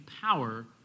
power